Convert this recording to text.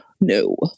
no